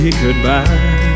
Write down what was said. goodbye